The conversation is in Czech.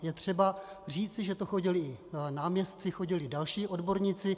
Je třeba říci, že chodili i náměstci, chodili další odborníci.